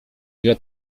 ile